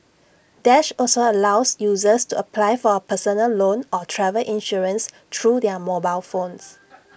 dash also allows users to apply for A personal loan or travel insurance through their mobile phones